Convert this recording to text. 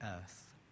earth